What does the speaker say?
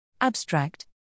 Abstract